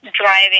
driving